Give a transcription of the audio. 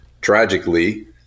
tragically